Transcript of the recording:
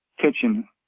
kitchen